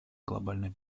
глобальной